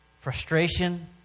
frustration